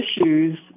issues